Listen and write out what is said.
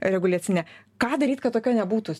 reguliacinė ką daryt kad tokia nebūtų